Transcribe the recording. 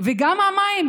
וגם המים.